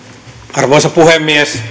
arvoisa puhemies